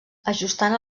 ajustant